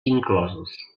inclosos